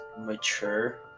mature